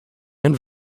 and